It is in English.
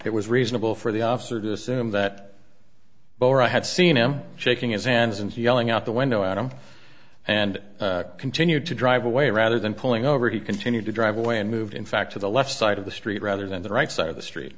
it was reasonable for the officer to assume that i had seen him shaking his hands and yelling out the window at him and continued to drive away rather than pulling over he continued to drive away and moved in fact to the left side of the street rather than the right side of the street